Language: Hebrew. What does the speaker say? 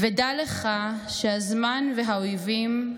"ודע לך שהזמן והאויבים,